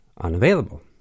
unavailable